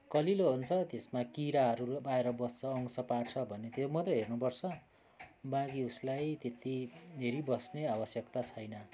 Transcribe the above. कलिलो हुन्छ त्यसमा किराहरू आएर बस्छ अंश पार्छ भन्ने त्यो मात्रै हेर्नुपर्छ बाँकी उसलाई त्यति हेरिबस्ने आवश्यकता छैन